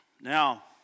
Now